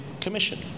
Commission